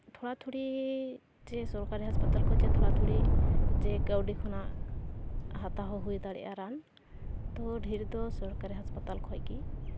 ᱛᱷᱚᱲᱟᱛᱷᱩᱲᱤ ᱡᱮ ᱥᱚᱨᱠᱟᱨᱤ ᱦᱟᱥᱯᱟᱛᱟᱞ ᱠᱚ ᱡᱮ ᱛᱷᱚᱲᱟ ᱛᱷᱚᱲᱤ ᱡᱮ ᱠᱟᱹᱣᱰᱤ ᱠᱷᱚᱱᱟᱜ ᱦᱟᱛᱟᱣ ᱦᱚᱸ ᱦᱩᱭ ᱫᱟᱲᱮᱭᱟᱜᱼᱟ ᱨᱟᱱ ᱛᱳ ᱰᱷᱮᱨ ᱫᱚ ᱥᱚᱨᱠᱟᱨᱤ ᱥᱚᱨᱠᱟᱨᱤ ᱦᱟᱥᱯᱟᱛᱟᱞ ᱠᱷᱚᱱ ᱜᱮ